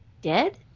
Dead